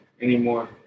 anymore